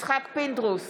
יצחק פינדרוס,